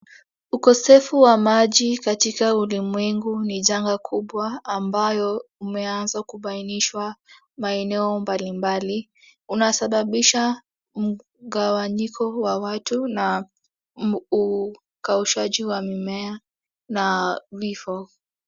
Ukosefu wa maji katika ulimwengu ni janga kubwa ambayo umeanza kubainishwa maeneo mbali mbali unasababisha mgawanyiko wa watu na ukaushaji wa mimea na vifo.